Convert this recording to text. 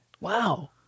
Wow